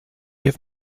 have